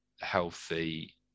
healthy